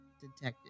detective